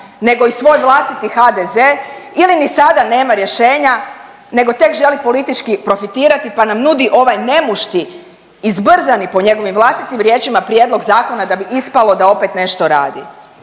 nego i svoj vlastiti HDZ ili ni sada nema rješenja nego tek želi politički profitirati pa nam nudi ovaj nemušti i zbrzani, po njegovim vlastitim riječima, prijedlog zakona da bi ispalo da opet nešto radi.